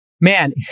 man